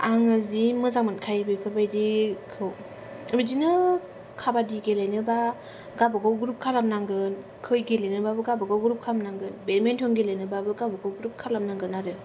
आङो जि मोजां मोनखायो बेफोरबादिखौ बिदिनो काबादि गेलेनोब्ला गावबा गाव ग्रुप खालामनांगोन खै गेलेनोब्लाबो गावबागाव ग्रुप खालामनांगोन बेडमिन्टन गेलेनोब्लाबो गावबागाव ग्रुब खालामनांगोन आरो